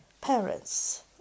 parents